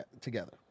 together